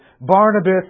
Barnabas